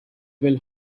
will